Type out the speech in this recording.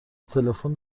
تلفن